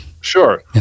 Sure